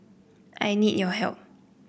I need your help